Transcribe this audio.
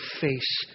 face